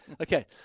Okay